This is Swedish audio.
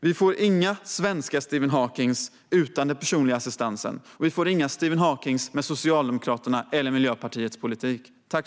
Vi får inga svenska Stephen Hawking utan den personliga assistansen, och vi får inga Stephen Hawking med Socialdemokraternas och Miljöpartiets politik.